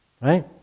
Right